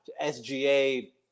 SGA